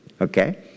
Okay